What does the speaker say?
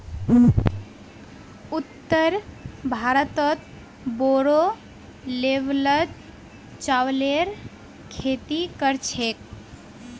उत्तर भारतत बोरो लेवलत चावलेर खेती कर छेक